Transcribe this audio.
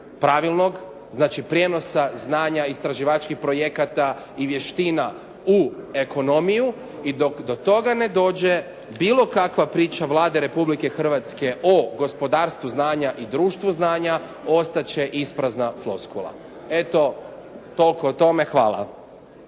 pravilnog. Znači prijenosa znanja, istraživačkih projekata i vještina u ekonomiju. I dok do toga ne dođe bilo kakva priča Vlade Republike Hrvatske o gospodarstvu znanja i društvu znanja ostat će isprazna floskula. Eto toliko o tome. Hvala.